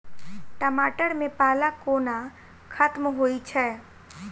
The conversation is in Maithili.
टमाटर मे पाला कोना खत्म होइ छै?